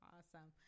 Awesome